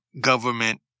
government